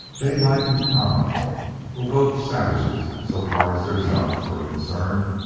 daylight and kama were both savages so far as their stomachs were concerned.